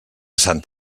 sant